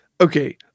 Okay